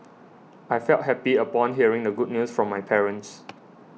I felt happy upon hearing the good news from my parents